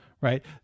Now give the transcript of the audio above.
right